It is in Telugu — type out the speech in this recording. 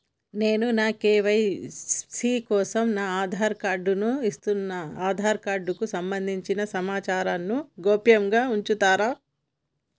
నేను నా కే.వై.సీ కోసం నా ఆధార్ కార్డు ను ఇస్తున్నా నా ఆధార్ కార్డుకు సంబంధించిన సమాచారంను గోప్యంగా ఉంచుతరా?